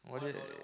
!wah! that